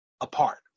apart